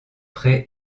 près